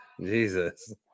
Jesus